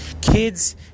Kids